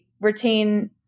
retain